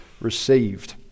received